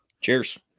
Cheers